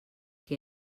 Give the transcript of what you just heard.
que